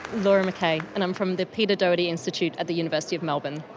laura mackay, and i'm from the peter doherty institute at the university of melbourne.